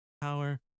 Power